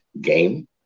game